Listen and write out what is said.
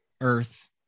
earth